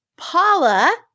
Paula